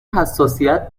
حساسیت